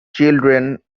children